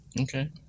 Okay